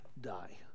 die